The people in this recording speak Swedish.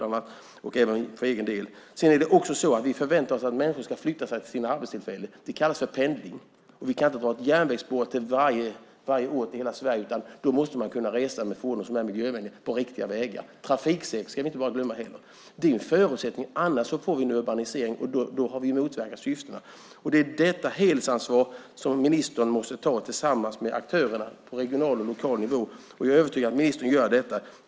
Det är en fråga som Centern har drivit, och även jag. Vi förväntar oss att människor ska förflytta sig till sina arbetstillfällen. Det kallas för pendling. Vi kan inte dra järnvägsspår till varje ort i hela Sverige. Man måste kunna resa med fordon som är miljövänliga på riktiga vägar. Det är en förutsättning. Annars får vi en urbanisering och då har vi motverkat syftet. Trafiksäkerheten ska vi inte heller glömma. Detta helhetsansvar måste ministern ta tillsammans med aktörerna på regional och lokal nivå. Jag är övertygad om att ministern gör det.